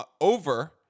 over